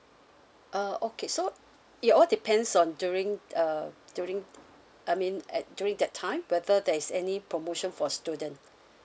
uh okay so it all depends on during uh during I mean at during that time whether there is any promotion for a student